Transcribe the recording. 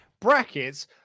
brackets